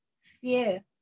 fear